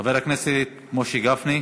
חבר הכנסת משה גפני.